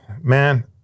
man